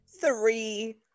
three